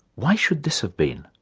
why should this have been?